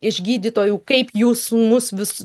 iš gydytojų kaip jūs mus vis